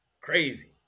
crazy